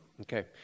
Okay